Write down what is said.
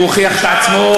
והוא הוכיח את עצמו,